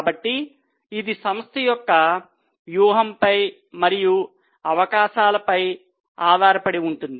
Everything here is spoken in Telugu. కాబట్టి ఇది సంస్థ యొక్క వ్యూహంపై మరియు అవకాశాలపై ఆధారపడి ఉంటుంది